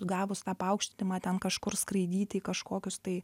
gavus tą paaukštinimą ten kažkur skraidyti kažkokius tai